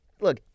look